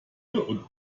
und